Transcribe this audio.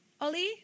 Oli